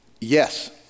yes